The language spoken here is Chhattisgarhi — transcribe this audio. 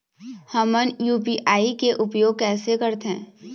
हमन यू.पी.आई के उपयोग कैसे करथें?